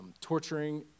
torturing